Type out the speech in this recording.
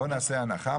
נעשה הנחה,